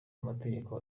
amategeko